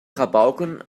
rabauken